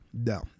No